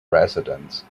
residents